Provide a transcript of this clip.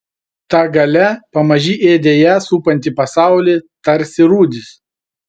ta galia pamaži ėdė ją supantį pasaulį tarsi rūdys